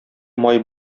май